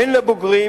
בין לבוגרים